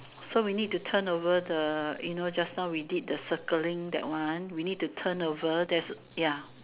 so we need turn over the you know just now we did the circling that one we need to turn over there's ya